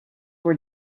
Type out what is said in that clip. were